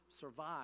survive